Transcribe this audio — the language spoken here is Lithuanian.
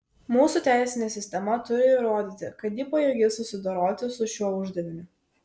mūsų teisinė sistema turi įrodyti kad ji pajėgi susidoroti su šiuo uždaviniu